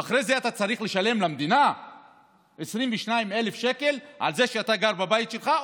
ואחרי זה אתה צריך לשלם למדינה 22,000 שקל על זה שאתה גר בבית שלך,